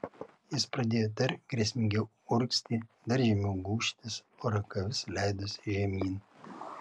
jis pradėjo dar grėsmingiau urgzti dar žemiau gūžtis o ranka vis leidosi žemyn